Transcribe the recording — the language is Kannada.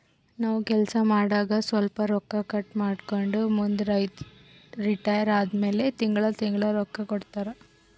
ನಾವ್ ಕೆಲ್ಸಾ ಮಾಡಾಗ ಸ್ವಲ್ಪ ರೊಕ್ಕಾ ಕಟ್ ಮಾಡ್ಕೊಂಡು ಮುಂದ ರಿಟೈರ್ ಆದಮ್ಯಾಲ ತಿಂಗಳಾ ತಿಂಗಳಾ ರೊಕ್ಕಾ ಕೊಡ್ತಾರ